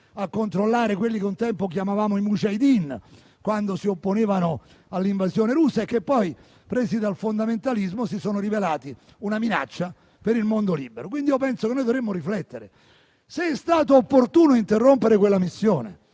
a controllare, quelli che un tempo chiamavamo i *mujahidin*, quando si opponevano all'invasione russa, e che poi, presi dal fondamentalismo, si sono rivelati una minaccia per il mondo libero. Penso che dovremmo riflettere se sia stato opportuno interrompere quella missione.